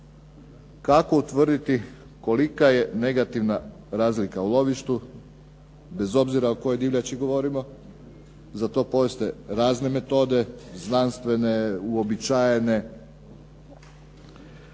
Kako utvrditi kolika je negativna razlika u lovištu, bez obzira o kojoj divljači govorimo? Za to postoje razne metode, znanstvene, uobičajene